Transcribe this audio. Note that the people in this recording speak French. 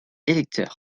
électeurs